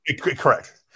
correct